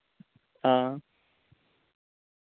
हां